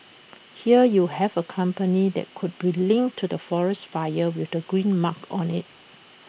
here you have A company that could be linked to forest fires with the green mark on IT